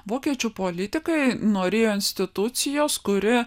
vokiečių politikai norėjo institucijos kuri